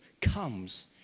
comes